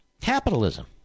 Capitalism